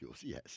Yes